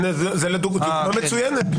דוגמה מצוינת.